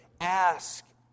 Ask